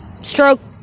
stroke